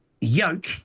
yoke